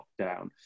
lockdown